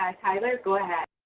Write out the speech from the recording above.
um tyler, go ahead.